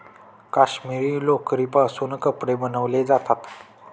काश्मिरी लोकरीपासून कपडे बनवले जातात